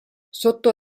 sotto